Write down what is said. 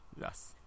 Yes